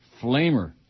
Flamer